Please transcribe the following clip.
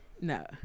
No